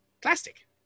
plastic